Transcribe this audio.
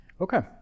Okay